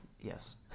Yes